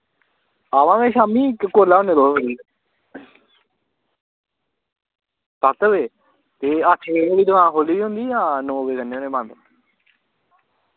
आमां में शामीं कुसलै होंदे तुस फ्री सत्त बजे अट्ठ बजे तक्कर दकान खोह्ली दी होंदी जां नौ बजे करने होन्ने बंद